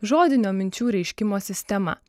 žodinio minčių reiškimo sistema